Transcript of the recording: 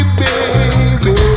baby